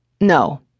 No